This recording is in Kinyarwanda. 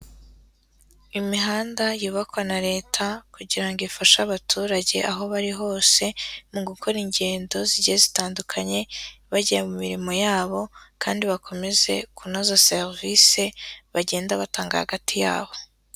Imihanda yubakwa na leta kugira ngo ifashe abaturage aho bari hose, mu gukora ingendo zigiye zitandukanye, bagiye mu mirimo yabo kandi bakomeze kunoza serivisi bagenda batanga hagati yabo.